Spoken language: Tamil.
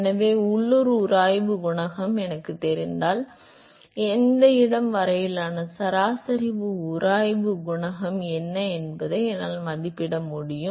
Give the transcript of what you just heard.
எனவே உள்ளூர் உராய்வு குணகம் எனக்குத் தெரிந்தால் அந்த இடம் வரையிலான சராசரி உராய்வு குணகம் என்ன என்பதை என்னால் மதிப்பிட முடியும்